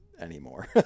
anymore